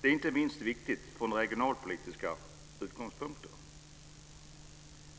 Det är inte minst viktigt från regionalpolitiska utgångspunkter.